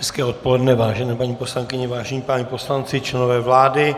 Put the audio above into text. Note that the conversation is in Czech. Hezké odpoledne, vážené paní poslankyně, vážení páni poslanci, členové vlády.